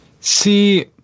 See